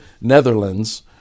Netherlands